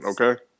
okay